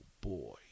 boy